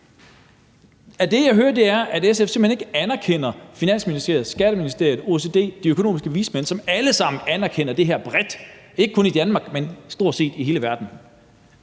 det, jeg hører, at SF simpelt hen ikke anerkender Finansministeriet, Skatteministeriet, OECD og de økonomiske vismænd, som alle sammen anerkender det her bredt, ikke kun i Danmark, men stort set i hele verden?